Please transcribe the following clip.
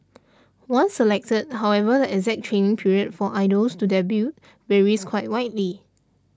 once selected however the exact training period for idols to debut varies quite widely